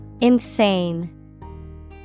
Insane